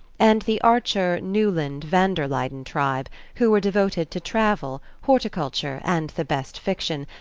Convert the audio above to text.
and the archer-newland-van-der-luyden tribe, who were devoted to travel, horticulture and the best fiction,